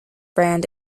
brand